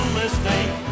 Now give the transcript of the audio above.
mistake